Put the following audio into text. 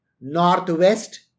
northwest